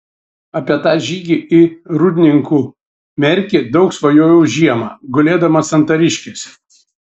apie tą žygį į rūdninkų merkį daug svajojau žiemą gulėdamas santariškėse